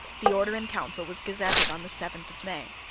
the order in council was gazetted on the seventh of may.